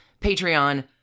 Patreon